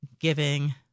giving